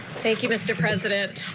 thank you, mr. president.